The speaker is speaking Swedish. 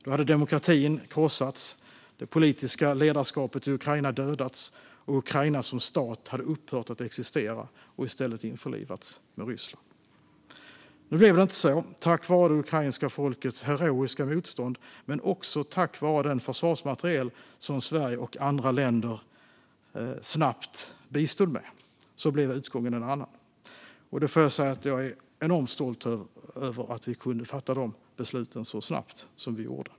Då hade demokratin krossats och det politiska ledarskapet i Ukraina dödats, och Ukraina som stat hade upphört att existera och i stället införlivats i Ryssland. Nu blev det inte så. Tack vare det ukrainska folkets heroiska motstånd men också tack vare den försvarsmateriel som Sverige och andra länder snabbt bistod med blev utgången en annan. Jag får säga att jag är enormt stolt över att vi kunde fatta de besluten så snabbt som vi gjorde.